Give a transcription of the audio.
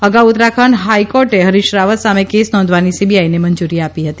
અગાઉ ઉત્તરાખંડ હાઇકોર્ટે હરીશ રાવત સામે કેસ નોંધવાની સીબીઆઇને મંજૂરી આપી હતી